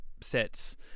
sets